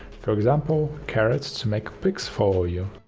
for example carrots to make pigs follow you.